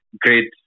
great